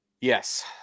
yes